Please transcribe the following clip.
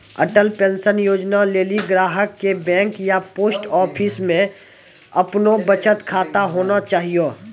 Atal pension योजना लेली ग्राहक के बैंक या पोस्ट आफिसमे अपनो बचत खाता होना चाहियो